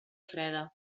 freda